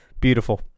Beautiful